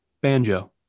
banjo